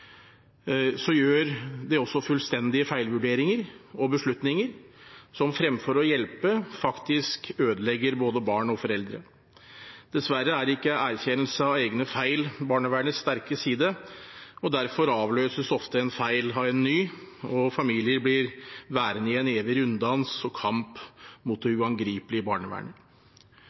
gjør de også fullstendig feilvurderinger og beslutninger som fremfor å hjelpe, faktisk ødelegger både barn og foreldre. Dessverre er ikke erkjennelse av egne feil barnevernets sterke side, og derfor avløses ofte en feil av en ny, og familier blir værende i en evig runddans og kamp mot det uangripelige barnevernet.